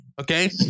Okay